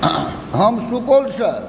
हम सुपौलसँ